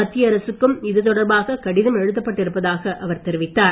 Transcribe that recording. மத்திய அரசுக்கும் இது தொடர்பாக கடிதம் எழுதப்பட்டு இருப்பதாக அவர் தெரிவித்தார்